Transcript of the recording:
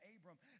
Abram